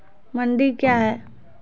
मंडी क्या हैं?